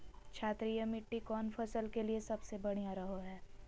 क्षारीय मिट्टी कौन फसल के लिए सबसे बढ़िया रहो हय?